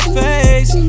face